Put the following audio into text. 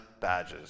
badges